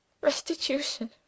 Restitution